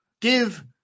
Give